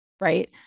right